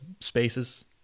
spaces